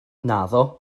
naddo